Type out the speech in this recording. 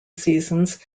seasons